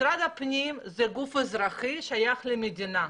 משרד הפנים זה גוף אזרחי ששייך למדינה,